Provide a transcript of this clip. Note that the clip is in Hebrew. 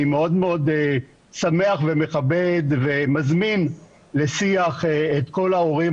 אני מאוד מאוד שמח ומכבד ומזמין לשיח את כל ההורים.